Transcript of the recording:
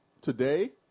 today